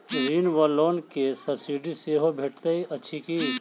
ऋण वा लोन केँ सब्सिडी सेहो भेटइत अछि की?